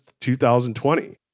2020